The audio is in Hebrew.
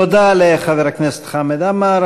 תודה לחבר הכנסת חמד עמאר.